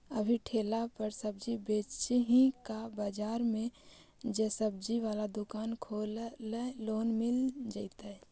अभी ठेला पर सब्जी बेच ही का बाजार में ज्सबजी बाला दुकान खोले ल लोन मिल जईतै?